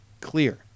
clear